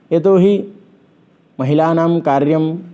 यतोहि महिलानां कार्यं